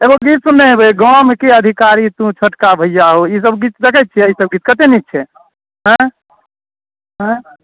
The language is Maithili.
एगो गीत सुनने हेबै गामके अधिकारी तोँ छोटका भैया हो ईसभ गीत देखैत छियै ईसभ गीत कतेक नीक छै आँय आँय